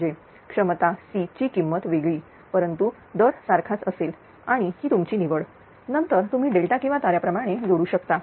क्षमता C ची किंमत वेगळी परंतु दर सारखाच असेल आणि ही तुमची निवड नंतर तुम्ही डेल्टा किंवा ताऱ्याप्रमाणे जोडू शकता